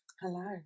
Hello